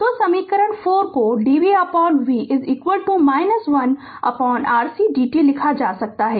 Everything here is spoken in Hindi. तो समीकरण 4 को dvv 1RC dt लिखा जा सकता है